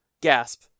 gasp